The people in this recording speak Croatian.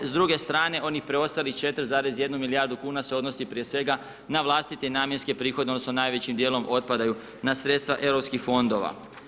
S druge strane oni preostalih 4,1 milijardu kn, se odnosi, prije svega, na vlastite namjenske prihode, odnosno, najvećim dijelom otpadaju na sredstva europskih fondova.